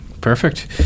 Perfect